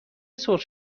سرخ